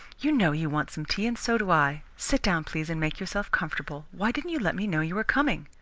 you know you want some tea, and so do i. sit down, please, and make yourself comfortable. why didn't you let me know you were coming?